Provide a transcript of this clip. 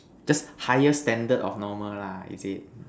just higher standard of normal lah is it